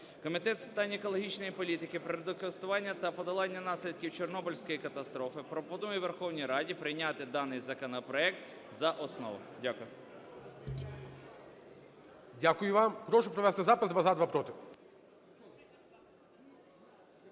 Комітет з питань екологічної політики, природокористування та подолання наслідків Чорнобильської катастрофи пропонує Верховній Раді прийняти даний законопроект за основу. Дякую.